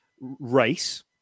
race